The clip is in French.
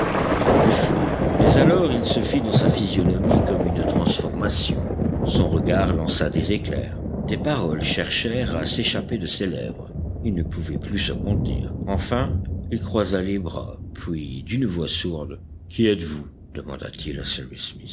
il voulut fuir mais alors il se fit dans sa physionomie comme une transformation son regard lança des éclairs des paroles cherchèrent à s'échapper de ses lèvres il ne pouvait plus se contenir enfin il croisa les bras puis d'une voix sourde qui êtes-vous demanda-t-il à